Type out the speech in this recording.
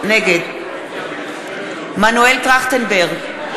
נגד מנואל טרכטנברג,